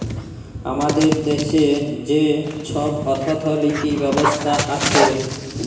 আমাদের দ্যাশে যে ছব অথ্থলিতি ব্যবস্থা আছে